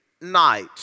night